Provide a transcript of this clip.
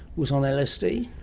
was on lsd?